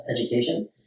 education